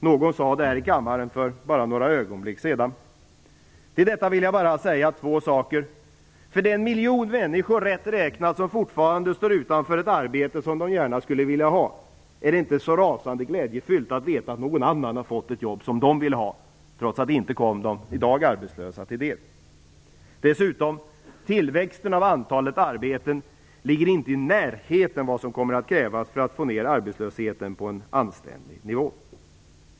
Någon sade detta här i kammaren för bara några ögonblick sedan. Till detta vill jag bara säga två saker. För den miljon människor, rätt räknat, som fortfarande står utan arbete, som de gärna skulle vilja ha, är det inte så rasande glädjefyllt att veta att någon annan har fått ett jobb som de ville ha, trots att det inte kom de i dag arbetslösa till del. Dessutom ligger inte tillväxten av antalet arbeten i närheten av vad som kommer att krävas för att få ned arbetslösheten på en anständig nivå.